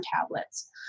tablets